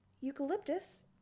eucalyptus